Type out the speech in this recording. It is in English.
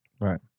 Right